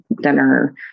dinner